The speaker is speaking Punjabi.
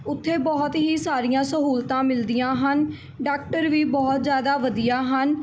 ਉੱਥੇ ਬਹੁਤ ਹੀ ਸਾਰੀਆਂ ਸਹੂਲਤਾਂ ਮਿਲਦੀਆਂ ਹਨ ਡਾਕਟਰ ਵੀ ਬਹੁਤ ਜ਼ਿਆਦਾ ਵਧੀਆ ਹਨ